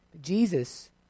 Jesus